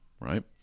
right